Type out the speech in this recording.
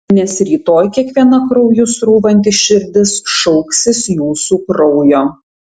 nes rytoj kiekviena krauju srūvanti širdis šauksis jūsų kraujo